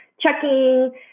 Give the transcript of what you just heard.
checking